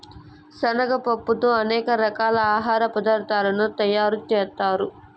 శనగ పప్పుతో అనేక రకాల ఆహార పదార్థాలను తయారు చేత్తారు